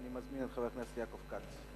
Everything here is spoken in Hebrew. אני מזמין את חבר הכנסת יעקב כץ.